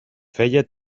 feia